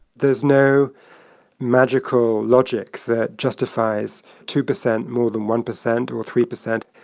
there's no magical logic that justifies two percent more than one percent or three percent.